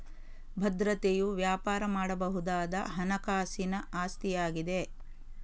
ಭದ್ರತೆಯು ವ್ಯಾಪಾರ ಮಾಡಬಹುದಾದ ಹಣಕಾಸಿನ ಆಸ್ತಿಯಾಗಿದೆ